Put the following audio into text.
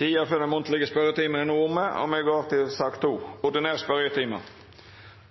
Den munnlege spørjetimen er omme, og me går til den ordinære spørjetimen.